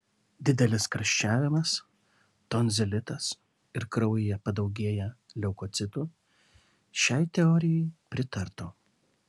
didelis karščiavimas tonzilitas ir kraujyje padaugėję leukocitų šiai teorijai pritartų